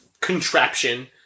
contraption